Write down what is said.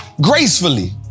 gracefully